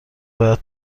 باید